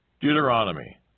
Deuteronomy